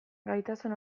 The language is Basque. gaitasun